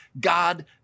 God